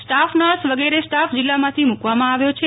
staff nurse વગેરે staff જિલ્લામાંથી મૂકવામાં આવ્યો છે